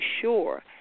sure